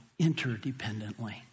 interdependently